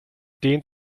dehnt